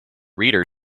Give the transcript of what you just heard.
reader